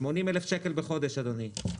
80,000 שקל בחודש, אדוני.